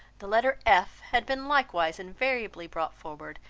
the letter f had been likewise invariably brought forward,